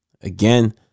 Again